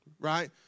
right